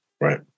Right